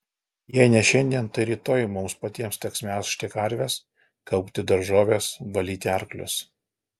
jei ne šiandien tai rytoj mums patiems teks melžti karves kaupti daržoves valyti arklius